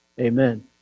Amen